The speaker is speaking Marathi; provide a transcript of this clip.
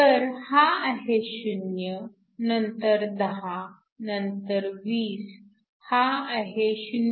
तर हा आहे 0 नंतर 10 नंतर 20 हा आहे 0